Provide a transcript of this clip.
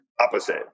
opposite